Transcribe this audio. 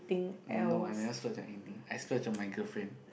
no I never splurge on anything I splurge on my girlfriend